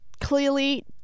clearly